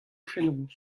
fenoz